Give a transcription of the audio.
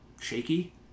shaky